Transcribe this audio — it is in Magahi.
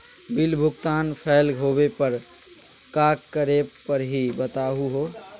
बिल भुगतान फेल होवे पर का करै परही, बताहु हो?